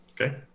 Okay